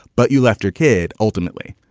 but you left her kid ultimately.